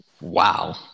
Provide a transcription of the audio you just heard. Wow